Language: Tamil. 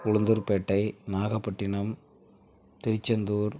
உளுந்தூர்பேட்டை நாகப்பட்டினம் திருச்செந்தூர்